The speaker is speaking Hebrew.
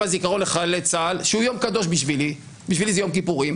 הזיכרון של חללי צה"ל שהוא יום קדוש בשבילי בשבילי זה יום כיפורים